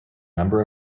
number